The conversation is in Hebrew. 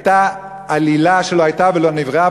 הייתה עלילה שלא הייתה ולא נבראה.